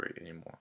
anymore